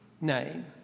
name